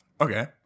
Okay